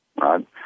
right